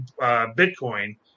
Bitcoin